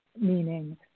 meaning